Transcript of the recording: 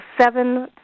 seven